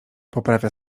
poprawia